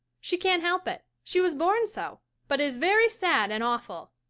she can't help it she was born so but is very sad and awful.